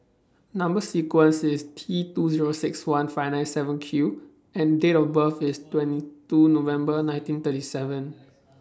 Number sequence IS T two Zero six one five nine seven Q and Date of birth IS twenty two November nineteen thirty seven